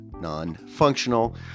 non-functional